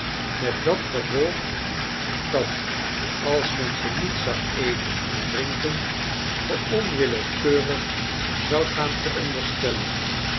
met dat gevolg dat als men ze niet zag eten en drinken ge onwillekeurig zoudt gaan